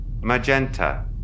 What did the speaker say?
magenta